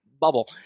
bubble